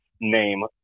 name